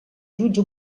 jutja